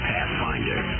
Pathfinder